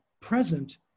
present